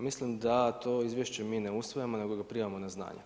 Mislim da to izvješće ne usvajamo, nego ga primamo na znanje.